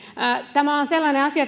tämä kellojen kääntö on sellainen asia